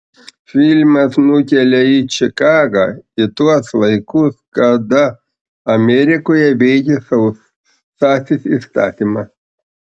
filmas nukelia į čikagą į tuos laikus kada amerikoje veikė sausasis įstatymas